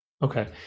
Okay